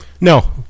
No